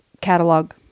catalog